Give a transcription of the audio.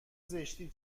زشتی